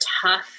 tough